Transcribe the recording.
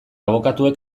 abokatuek